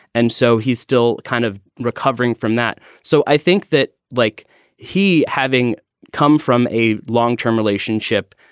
and so he's still kind of recovering from that. so i think that like he having come from a long term relationship,